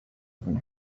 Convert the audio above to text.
even